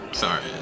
Sorry